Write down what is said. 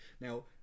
Now